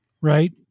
right